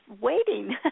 waiting